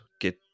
Get